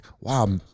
wow